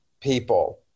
people